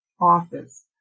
office